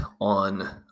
on